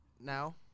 now